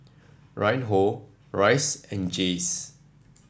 Reinhold Rhys and Jayce